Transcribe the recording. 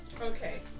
Okay